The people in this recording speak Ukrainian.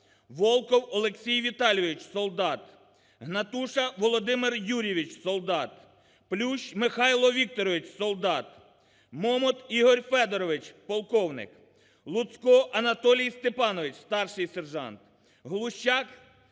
Волков Олексій Віталійович – солдат; Гнатуша Володимир Юрійович – солдат; Плющ Михайло Вікторович – солдат; Момот Ігор Федорович – полковник; Луцко Анатолій Степанович – старший сержант; Глущак